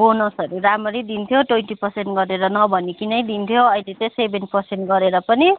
बोनसहरू राम्ररी दिन्थ्यो ट्वेन्टी पर्सेन्ट गरेर नभनीकनै दिन्थ्यो अहिले चाहिँ सेभेन पर्सेन्ट गरेर पनि